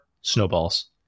snowballs